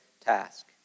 task